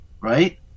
right